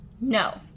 no